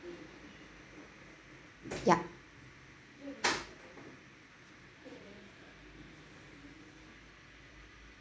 yup